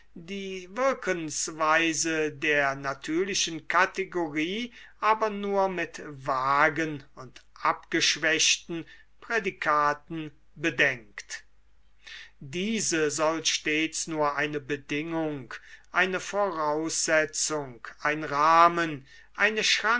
die wirkensweise der natürlichen kategorie aber nur mit vagen und abgeschwächten prädikaten bedenkt diese soll stets nur eine bedingung eine voraussetzung ein rahmen eine